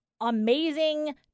amazing